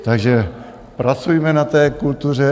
Takže pracujme na té kultuře.